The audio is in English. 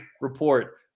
Report